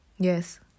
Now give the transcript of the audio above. Yes